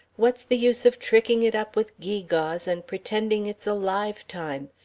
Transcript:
what's the use of tricking it up with gewgaws and pretending it's a live time?